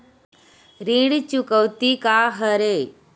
ऋण चुकौती का हरय?